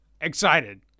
excited